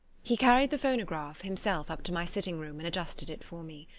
he carried the phonograph himself up to my sitting-room and adjusted it for me.